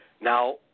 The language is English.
Now